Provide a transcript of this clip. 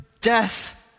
death